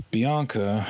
Bianca